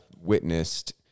witnessed